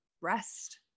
rest